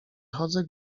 chodzę